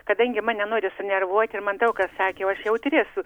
kadangi mane nori sunervuoti ir man daug kas sakė aš jautri esu